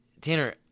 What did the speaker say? Tanner